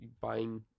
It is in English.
buying